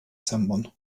someone